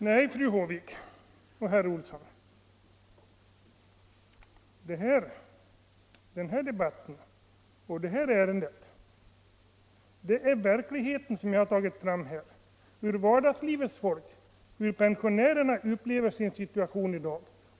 Nej, fru Håvik och herr Olsson i Stockholm, jag har i det här ärendet fört fram verkligheten i debatten — hur vardagslivets folk, hur pensionärerna upplever sin situation i dag.